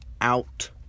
out